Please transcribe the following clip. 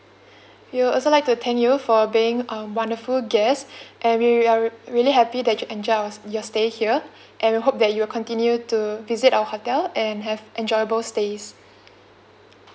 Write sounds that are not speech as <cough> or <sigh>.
we also like to thank you for being um wonderful guests <breath> and we are really happy that you enjoyed our your stay here and we hope that you will continue to visit our hotel and have enjoyable stays